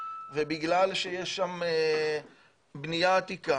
ובגלל שיש שם בנייה עתיקה